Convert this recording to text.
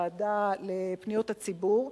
הוועדה לפניות הציבור,